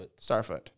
Starfoot